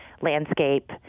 landscape